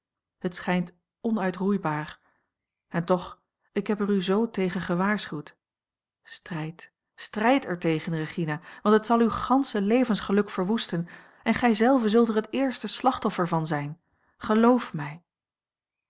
het schijnt onuitroeibaar en toch ik heb er u zoo tegen gewaarschuwd strijd strijd er tegen regina want het zal uw gansche levensgeluk verwoesten en gij zelve zult er het eerste slachtoffer van zijn geloof mij